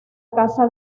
casa